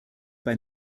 bei